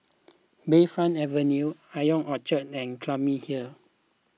Bayfront Avenue Ion Orchard and Clunny Hill